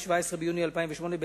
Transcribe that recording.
17 ביוני 2008,